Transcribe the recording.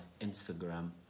instagram